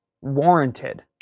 warranted